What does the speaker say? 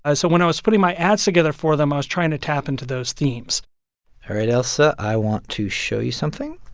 so when i was putting my ads together for them, i was trying to tap into those themes all right, ailsa, i want to show you something